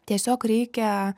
tiesiog reikia